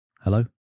Hello